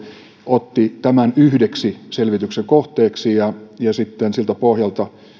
otti tämän yhdeksi selvityksen kohteeksi sitten siltä pohjalta